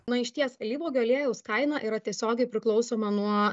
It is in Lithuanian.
na iš ties alyvuogių aliejaus kaina yra tiesiogiai priklausoma nuo